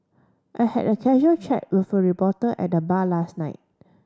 I had a casual chat with a reporter at the bar last night